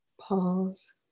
pause